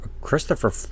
Christopher